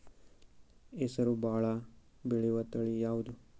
ಹೆಸರು ಭಾಳ ಬೆಳೆಯುವತಳಿ ಯಾವದು?